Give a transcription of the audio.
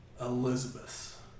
Elizabeth